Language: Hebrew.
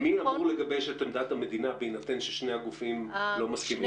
מי אמור לגבש את עמדת המדינה בהינתן ששני הגופים לא מסכימים?